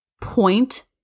point